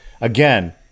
Again